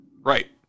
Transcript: Right